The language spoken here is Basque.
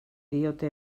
diote